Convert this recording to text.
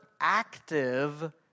active